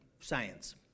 science